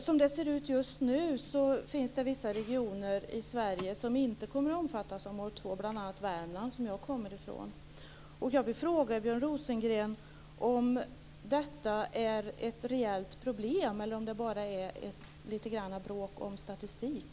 Som det nu ser ut finns det vissa regioner i Sverige som inte kommer att omfattas av mål 2, bl.a. Rosengren om detta är ett reellt problem eller om det bara är lite bråk om statistik.